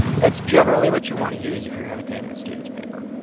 that's generally what you want to use if you're annotating a student's paper.